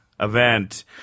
event